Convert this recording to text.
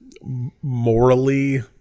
morally